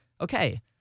Okay